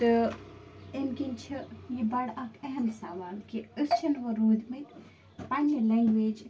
تہٕ اَمہِ کِنۍ چھِ یہِ بَڑٕ اکھ اہم سَوال کہِ أسۍ چھِنہٕ وۄنۍ روٗدمٕتۍ پنٛنہِ لنٛگویج